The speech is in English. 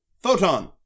Photon